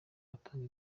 batanga